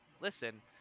listen